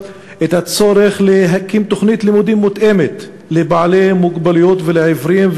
את הצורך להקים תוכנית לימודים מותאמת לבעלי מוגבלות ולעיוורים,